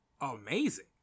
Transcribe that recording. amazing